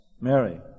Mary